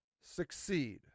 succeed